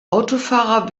autofahrer